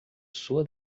sua